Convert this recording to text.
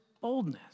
boldness